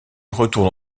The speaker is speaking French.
retourne